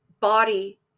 body